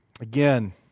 Again